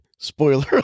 Spoiler